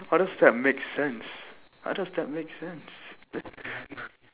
how does that make sense how does that make sense